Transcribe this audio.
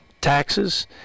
taxes